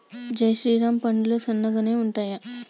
జై శ్రీరామ్ వడ్లు సన్నగనె ఉంటయా?